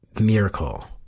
miracle